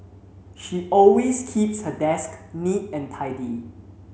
she always keeps her desk neat and tidy